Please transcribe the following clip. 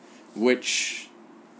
which